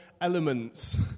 elements